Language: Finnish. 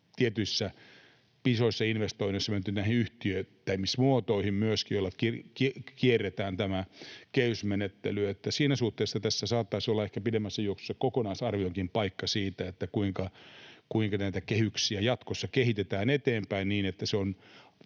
tietyissä isoissa investoinneissa on menty myöskin näihin yhtiöittämismuotoihin, joilla kierretään tämä kehysmenettely. Siinä suhteessa tässä saattaisi ehkä olla pidemmässä juoksussa kokonaisarvioinninkin paikka siinä, kuinka näitä kehyksiä jatkossa kehitetään eteenpäin niin, että ne